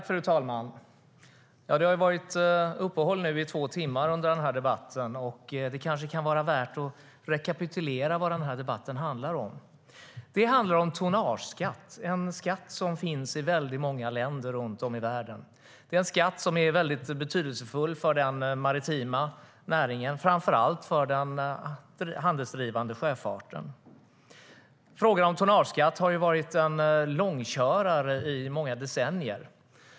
Fru talman! Det har varit uppehåll i debatten i två timmar, så det kan vara värt att rekapitulera vad debatten handlar om. Den handlar om tonnageskatt, som är en skatt som finns i många länder runt om i världen. Det är en skatt som är betydelsefull för den maritima näringen, framför allt för den handelsdrivande sjöfarten. Frågan om tonnageskatt har varit en långkörare i många decennier.